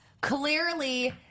Clearly